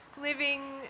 living